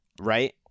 right